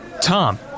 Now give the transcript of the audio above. Tom